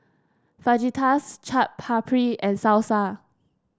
Fajitas Chaat Papri and Salsa